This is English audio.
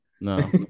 no